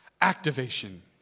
activation